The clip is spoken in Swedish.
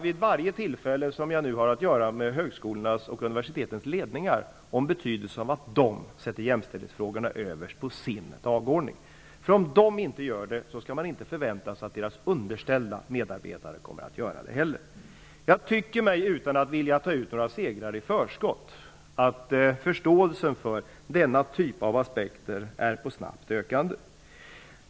Vid varje tillfälle när jag har att göra med högskolornas och universitetens ledningar talar jag om betydelsen av att de sätter jämställdhetsfrågorna överst på sin dagordning. Om de inte gör det kan vi inte heller förvänta oss att deras underställda medarbetare skall göra det. Utan att vilja ta ut några segrar i förskott tycker jag att förståelsen för dessa aspekter är snabbt ökande. Fru talman!